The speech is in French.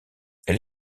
elle